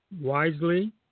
wisely